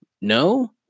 No